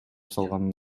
салганын